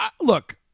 Look